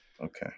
Okay